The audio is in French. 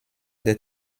des